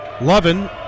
Lovin